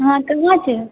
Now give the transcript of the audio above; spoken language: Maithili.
हँ तऽ वहाँ छै